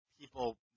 people